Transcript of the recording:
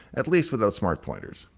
at least without smart pointers.